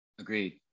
agreed